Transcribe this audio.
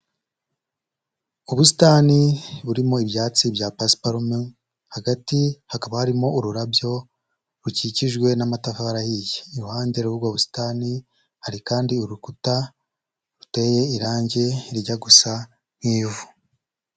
Ubusitani burimo ibyatsi bya pasiparume hagati hakaba harimo ururabyo rukikijwe n'amatafari ahiye, iruhande rw'ubwo busitani hari kandi urukuta ruteye irange rijya gusa nk'ivu.